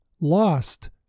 lost